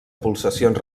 pulsacions